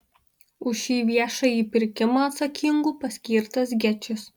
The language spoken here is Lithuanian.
už šį viešąjį pirkimą atsakingu paskirtas gečis